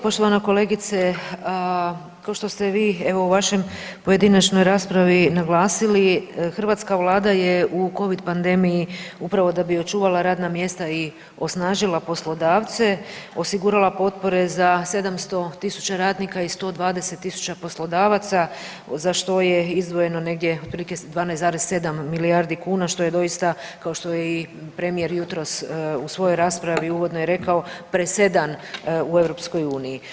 Poštovana kolegice kao što ste vi u vašoj pojedinačnoj raspravi naglasili hrvatska Vlada je u Covid pandemiji upravo da bi očuvala radna mjesta i osnažila poslodavce osigurala potpore za 700 tisuća radnika i 120 tisuća poslodavaca za što je izdvojeno negdje otprilike 12,7 milijardi kuna što je doista kao što je i premijer jutros u svojoj raspravi uvodno i rekao presedan u EU.